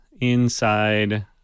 inside